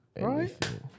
Right